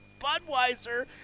Budweiser